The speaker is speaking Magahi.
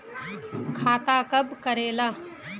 खाता कब करेला?